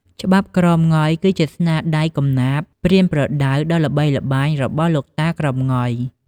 ច្បាប់ក្រមង៉ុយ គឺជាស្នាដៃកំណាព្យប្រៀនប្រដៅដ៏ល្បីល្បាញរបស់ លោកតា ក្រមង៉ុយ។